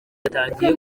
yatangiye